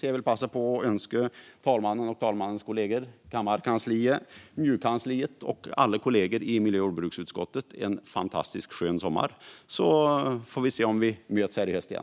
Jag vill passa på att önska talmannen, talmannens kollegor, kammarkansliet, MJU-kansliet och alla kollegor i miljö och jordbruksutskottet en fantastiskt skön sommar, så får vi se om vi möts här i höst igen.